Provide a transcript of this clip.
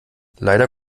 leider